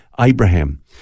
Abraham